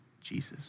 Jesus